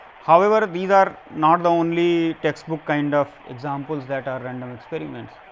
however, these are not only text book kind of example that are random experiments,